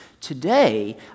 Today